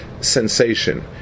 sensation